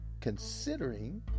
considering